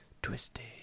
Twisted